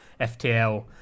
FTL